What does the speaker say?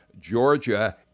Georgia